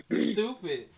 stupid